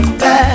back